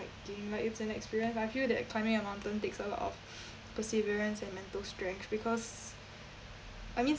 like game but it's an experience I feel that climbing a mountain takes a lot of perseverance and mental strength because I mean